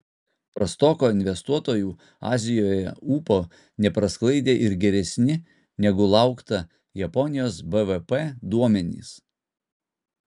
prastoko investuotojų azijoje ūpo neprasklaidė ir geresni negu laukta japonijos bvp duomenys